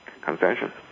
concession